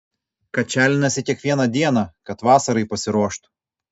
kačialinasi kiekvieną dieną kad vasarai pasiruoštų